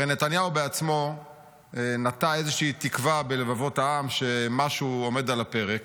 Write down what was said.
הרי נתניהו בעצמו נטע איזושהי תקווה בלבבות העם שמשהו עומד על הפרק,